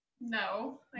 No